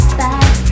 back